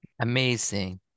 Amazing